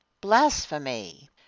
Blasphemy